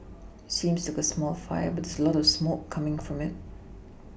it seems like a small fire but there's lots of smoke coming from it